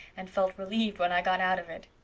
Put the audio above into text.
and felt relieved when i got out of it.